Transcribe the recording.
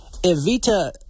Evita